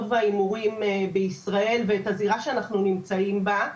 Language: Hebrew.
וההימורים בישראל ואת הזירה שאנחנו נמצאים בה,